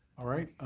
all right.